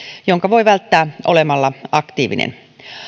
jonka voi välttää olemalla aktiivinen